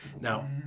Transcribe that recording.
Now